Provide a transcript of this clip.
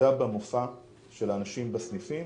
ירידה במופע של אנשים בסניפים